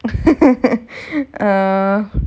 uh